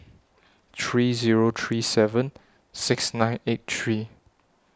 three Zero three seven six nine eight three